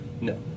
No